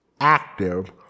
active